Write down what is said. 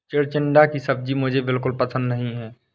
चिचिण्डा की सब्जी मुझे बिल्कुल पसंद नहीं है